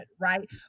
right